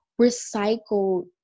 recycled